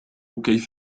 كيف